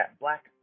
Black